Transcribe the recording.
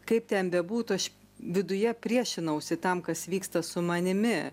kaip ten bebūtų aš viduje priešinausi tam kas vyksta su manimi